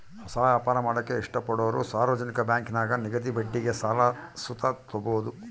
ಹೊಸ ವ್ಯಾಪಾರ ಮಾಡಾಕ ಇಷ್ಟಪಡೋರು ಸಾರ್ವಜನಿಕ ಬ್ಯಾಂಕಿನಾಗ ನಿಗದಿತ ಬಡ್ಡಿಗೆ ಸಾಲ ಸುತ ತಾಬೋದು